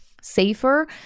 safer